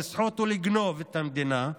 לסחוט או לגנוב את המדינה,